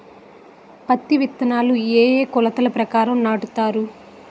పత్తి విత్తనాలు ఏ ఏ కొలతల ప్రకారం నాటుతారు?